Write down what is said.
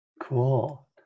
Cool